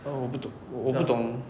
err 我不懂我不懂